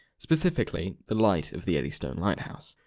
specifically, the light of the eddystone lighthouse.